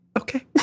Okay